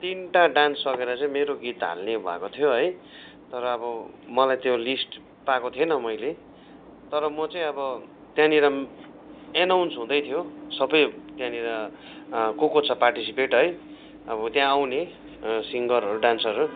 तिनवटा डान्स सकेर चाहिँ मेरो गीत हाल्ने भएको थियो है तर अब मलाई त्यो लिस्ट पाएको थिइनँ मैले तर म चाहिँ अब त्यहाँनिर एनाउन्स हुँदै थियो सबै त्यहाँनिर को को छ पार्टिसिपेट है अब त्यहाँ आउने सिङ्गरहरू डान्सरहरू